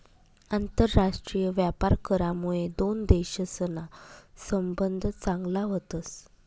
आंतरराष्ट्रीय व्यापार करामुये दोन देशसना संबंध चांगला व्हतस